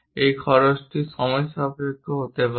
এই খরচটি সময়সাপেক্ষ হতে পারে